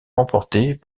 remportées